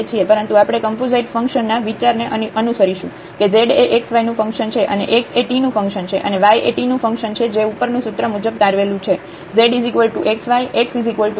પરંતુ આપણે composite function ના વિચાર ને અનુસરીશું કે z એ xy નું ફંક્શન છે અને x એ t નું ફંક્શન છે અને y એ t નું ફંક્શન છે જે ઉપર નું સૂત્ર મુજબ તારવેલું છે